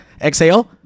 Exhale